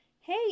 Hey